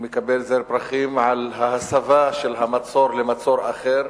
הוא מקבל זר פרחים על ההסבה של המצור למצור אחר,